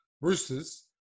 Roosters